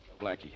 Blackie